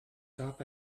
gab